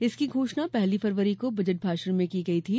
इसकी घोषणा पहली फरवरी को बजट भाषण में की गई थी